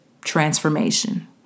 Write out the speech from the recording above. transformation